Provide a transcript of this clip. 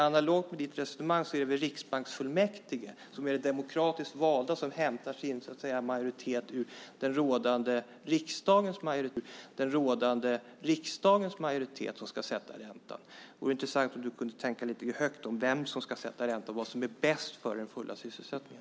Analogt med ditt resonemang ska väl räntan sättas av riksbanksfullmäktige, som är demokratiskt valt och hämtar sin majoritet ur den rådande riksdagens majoritet. Det vore intressant om du kunde tänka lite högt om vem som ska sätta räntan och vad som är bäst för den fulla sysselsättningen.